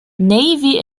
navy